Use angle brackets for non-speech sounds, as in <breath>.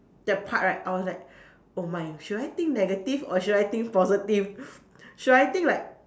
the part right I was like <breath> oh my should I think negative or should I think positive <breath> should I think like